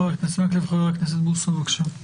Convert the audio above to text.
חבר הכנסת בוסו, בבקשה.